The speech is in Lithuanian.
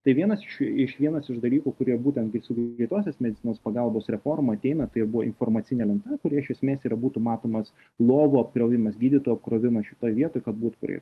tai vienas iš iš vienas iš dalykų kurie būtent gi su greitosios medicinos pagalbos reforma ateina tai ir buvo informacinė lenta kurioj iš esmės tai yra būtų matomas lovų apkrovimas gydytojų apkrovimas šitoj vietoj kad būtų kur